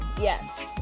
yes